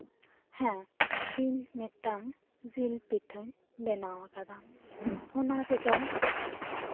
ᱦᱮᱸ ᱤᱧ ᱢᱤᱫᱴᱟᱝ ᱡᱤᱞ ᱯᱤᱴᱷᱟᱹᱧ ᱵᱮᱱᱟᱣ ᱠᱟᱫᱟ ᱚᱱᱟ ᱨᱮᱫᱚ